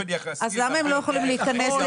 אז למה הם לא יכולים להיכנס לפה?